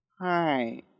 Hi